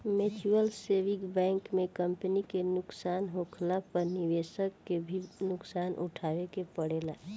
mutual saving bank में company के नुकसान होखला पर निवेशक के भी नुकसान उठावे के पड़ेला